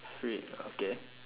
three okay